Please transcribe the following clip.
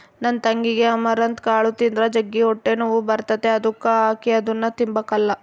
ನನ್ ತಂಗಿಗೆ ಅಮರಂತ್ ಕಾಳು ತಿಂದ್ರ ಜಗ್ಗಿ ಹೊಟ್ಟೆನೋವು ಬರ್ತತೆ ಅದುಕ ಆಕಿ ಅದುನ್ನ ತಿಂಬಕಲ್ಲ